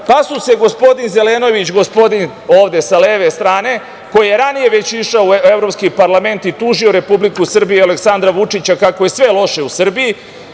pa su se gospodin Zelenović, gospodin ovde sa leve strane, koji je ranije već išao u evropski parlament i tužio Republiku Srbiju i Aleksandra Vučića kako je sve loše u Srbiji,